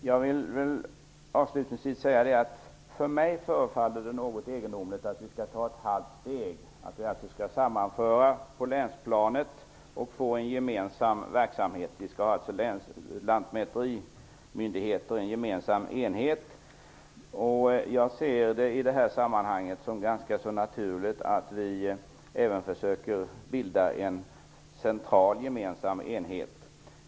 Herr talman! Avslutningsvis vill jag säga att det för mig förefaller något egendomligt att vi skall ta ett halvt steg, att vi skall sammanföra enheterna på länsplanet och få en gemensam verksamhet. Jag ser det i sammanhanget som ganska så naturligt att vi även försöker bilda en central gemensam enhet.